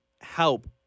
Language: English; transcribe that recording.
help